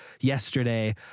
yesterday